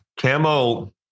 Camo